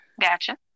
Gotcha